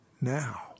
now